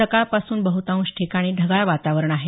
सकाळपासून बहुतांश ठिकाणी ढगाळ वातावरण आहे